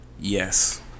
Yes